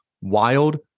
WILD